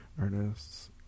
artists